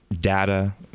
data